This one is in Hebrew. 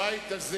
הבית הזה